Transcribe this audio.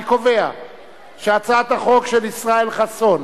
אני קובע שהצעת החוק של ישראל חסון,